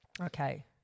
Okay